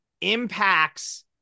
impacts